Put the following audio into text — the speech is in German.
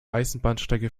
eisenbahnstrecke